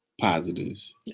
Positives